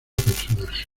personaje